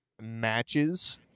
matches